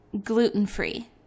gluten-free